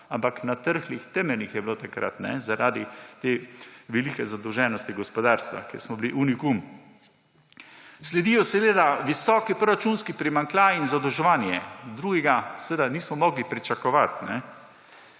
ampak na trhlih temeljih je bilo takrat zaradi te velike zadolženosti gospodarstva, v čemer smo bili unikum. Sledijo seveda visoki proračunski primanjkljaji in zadolževanje. Drugega nismo mogli pričakovati.